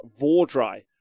Vordry